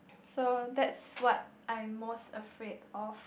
so that's what I'm most afraid of